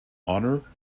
honor